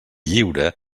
lliure